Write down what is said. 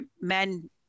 men